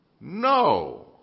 No